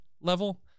level